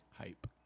Hype